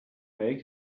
make